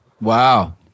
Wow